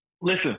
Listen